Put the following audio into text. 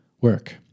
Work